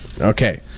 Okay